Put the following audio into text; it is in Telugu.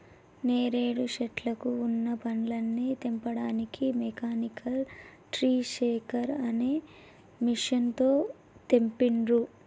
నేరేడు శెట్లకు వున్న పండ్లని తెంపడానికి మెకానికల్ ట్రీ షేకర్ అనే మెషిన్ తో తెంపిండ్రు